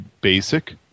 basic